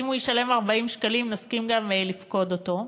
ואם הוא ישלם 40 שקלים נסכים גם לפקוד אותו.